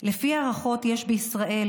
לפי ההערכות יש בישראל,